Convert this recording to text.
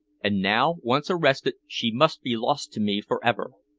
and now once arrested she must be lost to me for ever.